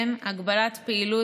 הגבלת פעילות),